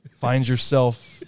find-yourself